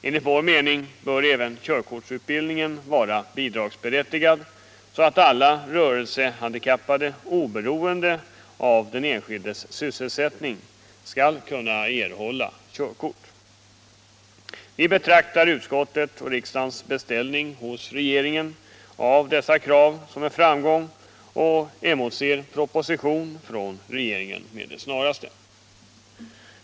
Enligt vår mening bör även körkortsutbildningen vara bidragsberättigad, så att alla rörelsehandikappade oberoende av den enskildes sysselsättning skall kunna erhålla körkort. Vi betraktar utskottets skrivning och riksdagens beställning hos regeringen rörande dessa krav som en framgång och emotser en proposition från regeringen med det snaraste.